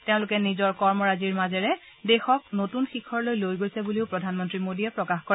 তেওঁলোকে নিজৰ কৰ্মৰাজিৰ মাজেৰে দেশক নতুন শিখৰলৈ লৈ গৈছে বুলিও প্ৰধানমন্ত্ৰী মোদীয়ে প্ৰকাশ কৰে